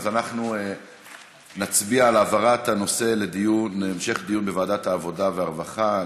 אז אנחנו נצביע על העברת הנושא להמשך דיון בוועדת העבודה והרווחה.